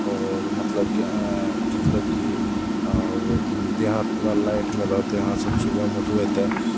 आओर मतलब की मतलब की आओर ई देह हाथ पूरा लाइटमे रहतय अहाँसब सुबहमे उठबय तऽ